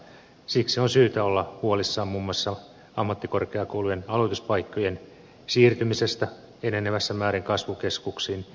siksi on syytä olla huolissaan muun muassa ammattikorkeakoulujen aloituspaikkojen siirtymisestä enenevässä määrin kasvukeskuksiin